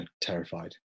terrified